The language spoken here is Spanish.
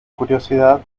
curiosidad